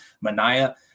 Mania